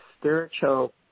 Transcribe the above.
spiritual